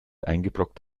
eingebrockt